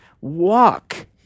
walk